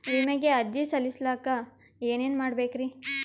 ವಿಮೆಗೆ ಅರ್ಜಿ ಸಲ್ಲಿಸಕ ಏನೇನ್ ಮಾಡ್ಬೇಕ್ರಿ?